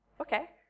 Okay